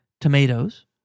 tomatoes